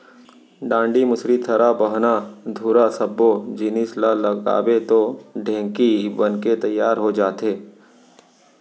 डांड़ी, मुसरी, थरा, बाहना, धुरा सब्बो जिनिस ल लगाबे तौ ढेंकी बनके तियार हो जाथे